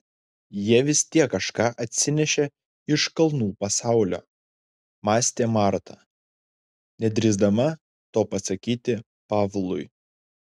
jie vis tiek kažką atsinešė iš kalnų pasaulio mąstė marta nedrįsdama to pasakyti pavlui